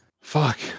Fuck